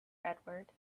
edward